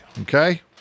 Okay